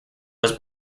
was